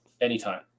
anytime